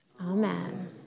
amen